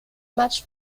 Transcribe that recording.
match